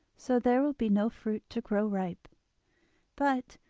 so there will be no fruit to grow ripe but,